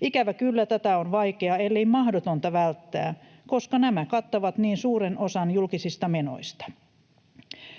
Ikävä kyllä tätä on vaikeaa, ellei mahdotonta, välttää, koska nämä kattavat niin suuren osan julkisista menoista.